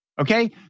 okay